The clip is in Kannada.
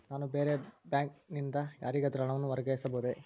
ನಾನು ಬೇರೆ ಬ್ಯಾಂಕ್ ನಿಂದ ಯಾರಿಗಾದರೂ ಹಣವನ್ನು ವರ್ಗಾಯಿಸಬಹುದೇ?